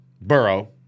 Burrow